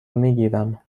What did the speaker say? میگیرم